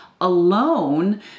alone